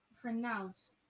pronounce